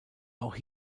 auch